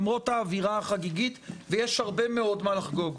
למרות האווירה החגיגית ויש הרבה מאוד מה לחגוג,